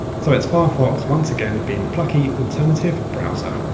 so it's firefox once again being the plucky alternative browser.